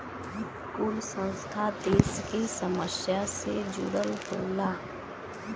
कुल संस्था देस के समस्या से जुड़ल होला